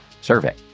survey